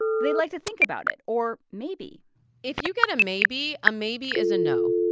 they'd like to think about it or maybe if you got a maybe, a maybe is a no,